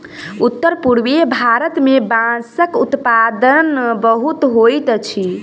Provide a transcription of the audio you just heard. उत्तर पूर्वीय भारत मे बांसक उत्पादन बहुत होइत अछि